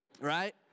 Right